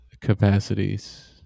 capacities